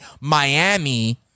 Miami